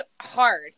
hard